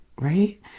right